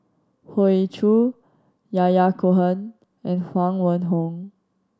Hoey Choo Yahya Cohen and Huang Wenhong